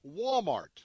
Walmart